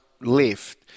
left